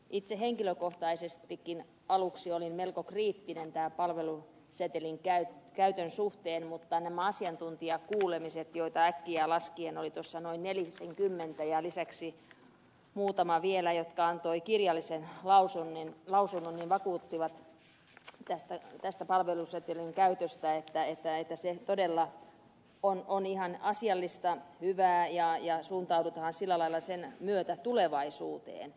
itse henkilökohtaisestikin aluksi olin melko kriittinen tämän palvelusetelin käytön suhteen mutta nämä asiantuntijakuulemiset joita äkkiä laskien oli noin nelisenkymmentä ja lisäksi vielä muutama asiantuntija antoi kirjallisen lausunnon vakuuttivat tästä palvelusetelin käytöstä että se todella on ihan asiallista hyvää ja suuntaudutaan sillä lailla sen myötä tulevaisuuteen